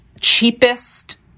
cheapest